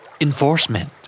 Enforcement